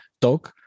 dog